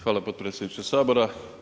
Hvala potpredsjedniče Sabora.